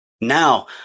Now